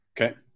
Okay